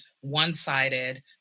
one-sided